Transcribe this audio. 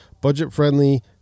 Budget-friendly